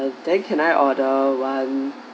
and then can I order one